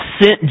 sent